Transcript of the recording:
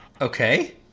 Okay